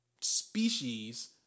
species